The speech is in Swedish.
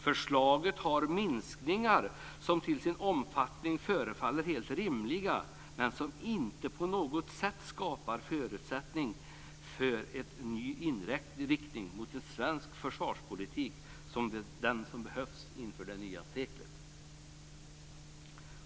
Förslaget innebär minskningar som till sin omfattning förefaller helt rimliga, men som inte på något sätt skapar förutsättningar för den nya inriktning som svensk försvarspolitik behöver inför ett nytt sekel.